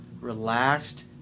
relaxed